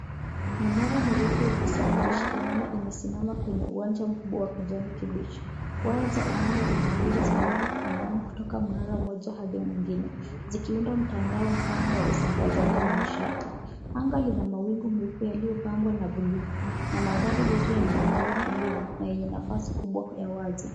Minara mirefu ya kusafirisha umeme imesimama kwenye uwanja mkubwa wa kijani kibichi. Waya za umeme zenye nguvu zinavuka angani kutoka mnara mmoja hadi mwingine zikiunda mtandao mpana wa usambazaji wa nishati. Anga lina mawingu meupe yalipambwa na bluu na mandhari yote yanaonekana tulivu na yenye nafasi kubwa ya wazi.